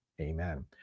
Amen